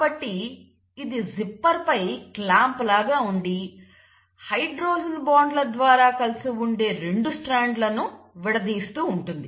కాబట్టి ఇది జిప్పర్పై క్లాంప్ లాగా ఉండి హైడ్రోజన్ బాండ్ల ద్వారా కలిసి ఉండే 2 స్ట్రాండ్లను విడదీస్తూ ఉంటుంది